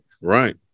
Right